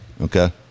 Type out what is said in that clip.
Okay